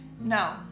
No